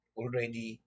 already